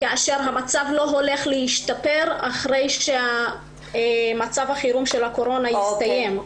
כאשר המצב לא הולך להשתפר אחרי שמצב החירום של הקורונה יסתיים.